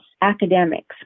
academics